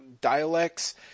dialects